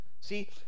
See